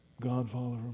godfather